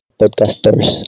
podcasters